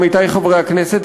עמיתי חברי הכנסת,